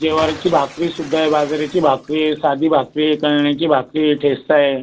जवारीची भाकरीसुद्धा आहे बाजरीची भाकरीए साधी भाकरीए कळण्याची भाकरी आहे ठेचा आहे